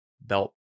belt